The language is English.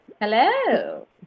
Hello